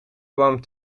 warmt